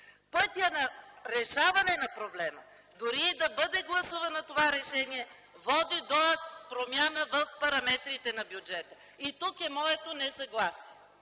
Пътят на решаване на проблема, дори да бъде гласувано това решение, води до промяна в параметрите на бюджета. Тук е моето несъгласие